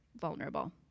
vulnerable